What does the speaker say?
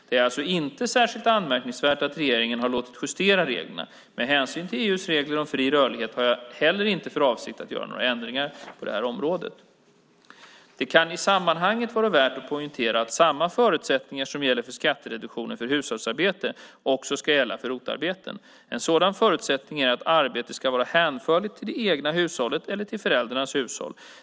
Det är alltså inte särskilt anmärkningsvärt att regeringen har låtit bli att justera reglerna. Med hänsyn till EU:s regler om fri rörlighet har jag heller inte för avsikt att göra några ändringar på det här området. Det kan i sammanhanget vara värt att poängtera att samma förutsättningar som gäller för skattereduktion för hushållsarbete också ska gälla för ROT-arbeten. En sådan förutsättning är att arbetet ska vara hänförligt till det egna hushållet eller till föräldrarnas hushåll.